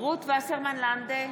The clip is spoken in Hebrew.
רות וסרמן לנדה,